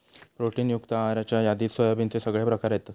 protein युक्त आहाराच्या यादीत सोयाबीनचे सगळे प्रकार येतत